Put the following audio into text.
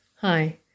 Hi